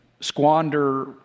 squander